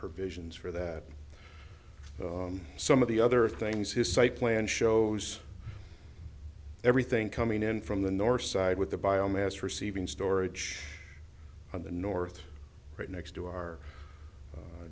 provisions for that some of the other things his site plan shows everything coming in from the north side with the biomass receiving storage on the north right next to our